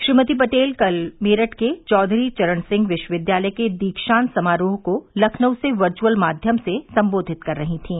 श्रीमती पटेल कल मेरठ के चौधरी चरण सिंह विश्वविद्यालय के दीक्षान्त समारोह को लखनऊ से वर्यूअल माध्यम से सम्बोधित कर रही थीं